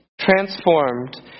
transformed